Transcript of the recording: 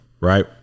right